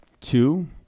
Two